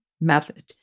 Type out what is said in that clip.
method